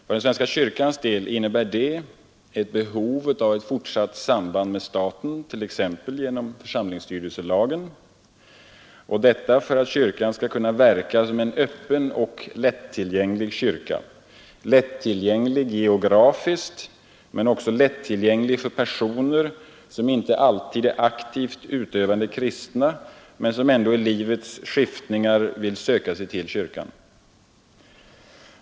För den svenska kyrkans del innebär det ett behov av fortsatt samband med staten, t.ex. genom församlingsstyrelselagen, detta för att kyrkan skall kunna verka som en öppen och lättillgänglig kyrka — lättillgänglig geografiskt och lättillgänglig för personer som inte behöver vara aktivt utövande kristna men som ändå i livets skiftningar söker sig till kyrkan.